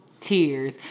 Tears